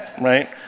Right